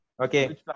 Okay